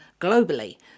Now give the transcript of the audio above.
globally